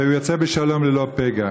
והוא יוצא בשלום ללא פגע.